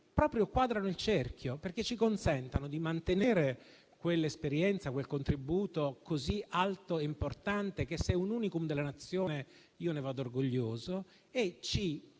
proprio il cerchio, perché ci consentono di mantenere quell'esperienza e quel contributo così alto e importante che, se è un *unicum* della Nazione, io ne vado orgoglioso, e di